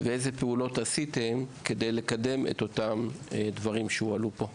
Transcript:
ואיזה פעולות עשיתם כדי לקדם את אותם דברים שהועלו פה.